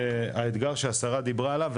האתגר שהשרה דיברה עליו,